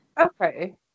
Okay